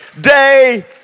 day